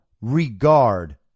regard